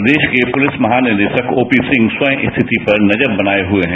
प्रदेश के पूलिस महानिदेशक ओपी सिंह स्वयं स्थिति पर नजर बनाए हुए हैं